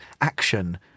action